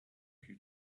who